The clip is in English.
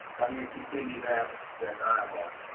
and we've continued that that dialogue.